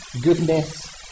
goodness